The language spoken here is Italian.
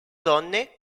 donne